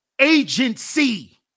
agency